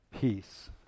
Peace